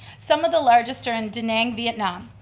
some of the largest are in da nang, vietnam.